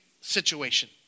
situation